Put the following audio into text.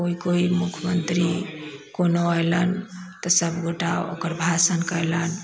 कोइ कोइ मुख्यमन्त्री कोनो अइलन तऽ सबगोटा ओकर भाषण कयलनि